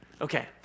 Okay